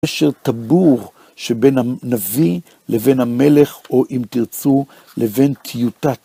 קשר טבור שבין הנביא לבין המלך, או אם תרצו לבין טיוטת.